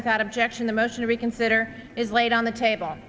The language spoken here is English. without objection the motion to reconsider is laid on the table